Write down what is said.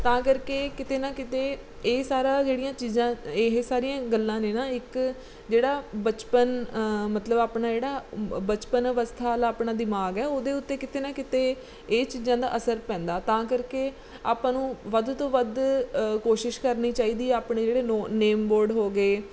ਤਾਂ ਕਰਕੇ ਕਿਤੇ ਨਾ ਕਿਤੇ ਇਹ ਸਾਰਾ ਜਿਹੜੀਆਂ ਚੀਜ਼ਾਂ ਇਹ ਸਾਰੀਆਂ ਗੱਲਾਂ ਨੇ ਨਾ ਇੱਕ ਜਿਹੜਾ ਬਚਪਨ ਮਤਲਬ ਆਪਣਾ ਜਿਹੜਾ ਬਚਪਨ ਅਵਸਥਾ ਵਾਲਾ ਆਪਣਾ ਦਿਮਾਗ ਹੈ ਉਹਦੇ ਉੱਤੇ ਕਿਤੇ ਨਾ ਕਿਤੇ ਇਹ ਚੀਜ਼ਾਂ ਦਾ ਅਸਰ ਪੈਂਦਾ ਤਾਂ ਕਰਕੇ ਆਪਾਂ ਨੂੰ ਵੱਧ ਤੋਂ ਵੱਧ ਕੋਸ਼ਿਸ਼ ਕਰਨੀ ਚਾਹੀਦੀ ਆਪਣੇ ਜਿਹੜੇ ਨੋ ਨੇਮ ਬੋਰਡ ਹੋ ਗਏ